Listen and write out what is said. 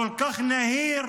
כל כך נהיר.